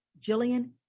Jillian